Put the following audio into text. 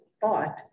thought